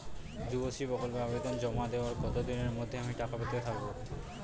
যুবশ্রী প্রকল্পে আবেদন জমা দেওয়ার কতদিনের মধ্যে আমি টাকা পেতে থাকব?